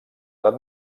edat